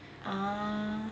ah